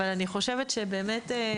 אבל אני חושבת שבאילת,